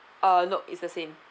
uh no is the same